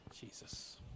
Jesus